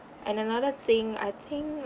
and another thing I think